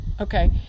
okay